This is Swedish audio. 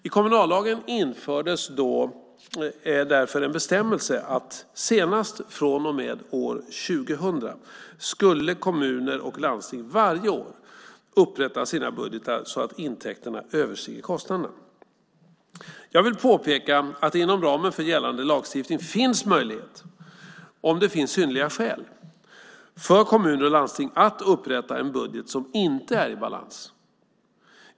I kommunallagen infördes därför en bestämmelse att senast från och med år 2000 skulle kommuner och landsting varje år upprätta sina budgetar så att intäkterna överstiger kostnaderna. Jag vill påpeka att det inom ramen för gällande lagstiftning finns möjlighet, om det finns synnerliga skäl, för kommuner och landsting att upprätta en budget som inte är i balans.